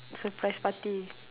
surprise party